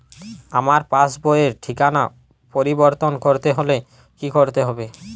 আমার পাসবই র ঠিকানা পরিবর্তন করতে হলে কী করতে হবে?